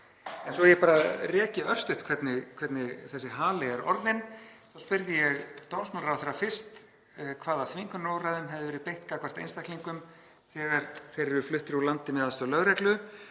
á. Svo ég reki örstutt hvernig þessi hali er orðinn þá spurði ég dómsmálaráðherra fyrst hvaða þvingunarúrræðum hefði verið beitt gagnvart einstaklingum þegar þeir eru fluttir úr landi með aðstoð lögreglu